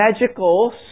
magical